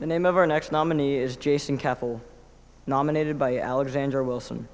the name of our next nominee is jason cathal nominated by alexander wilson